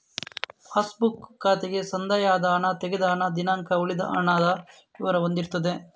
pass book ಖಾತೆಗೆ ಸಂದಾಯ ಆದ ಹಣ, ತೆಗೆದ ಹಣ, ದಿನಾಂಕ, ಉಳಿದ ಹಣದ ವಿವರ ಹೊಂದಿರ್ತದೆ